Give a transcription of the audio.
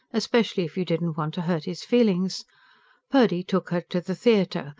especially if you did not want to hurt his feelings purdy took her to the theatre,